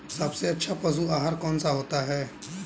सबसे अच्छा पशु आहार कौन सा होता है?